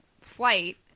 flight